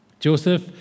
Joseph